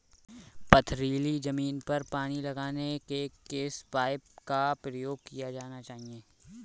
पथरीली ज़मीन पर पानी लगाने के किस पाइप का प्रयोग किया जाना चाहिए?